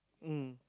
mm